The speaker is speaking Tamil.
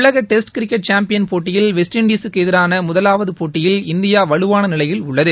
உலக டெஸ்ட் கிரிக்டெக் சாம்பியன் போட்டியில் வெஸ்ட் இண்டீஸுக்கு எதிரான முதலாவது போட்டியில் இந்தியா வலுவான நிலையில் உள்ளது